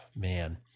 man